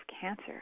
cancer